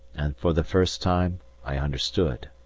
and for the first time i understood.